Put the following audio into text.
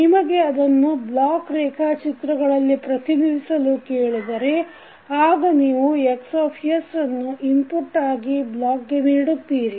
ನಿಮಗೆ ಅದನ್ನು ಬ್ಲಾಕ್ ರೇಖಾಚಿತ್ರಗಳಲ್ಲಿ ಪ್ರತಿನಿಧಿಸಲು ಕೇಳಿದರೆ ಆಗ ನೀವು Xಅನ್ನು ಇನ್ಪುಟ್ ಆಗಿ ಬ್ಲಾಕ್ ಗೆ ನೀಡುತ್ತೀರಿ